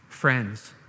Friends